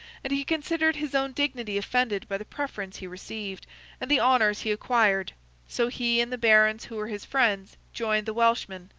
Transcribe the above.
and he considered his own dignity offended by the preference he received and the honours he acquired so he, and the barons who were his friends, joined the welshmen,